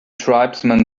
tribesman